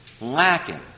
lacking